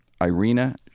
Irina